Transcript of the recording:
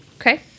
Okay